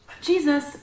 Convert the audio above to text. Jesus